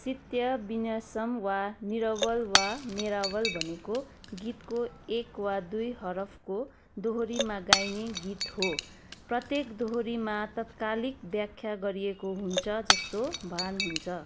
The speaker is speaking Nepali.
शित्य विन्यसम वा निरवल वा नेरावल भनेको गीतको एक वा दुई हरफको दोहोरीमा गाइने गीत हो प्रत्येक दोहोरीमा तत्कालिक व्याखा गरिएको हुन्छ जस्तो भान हुन्छ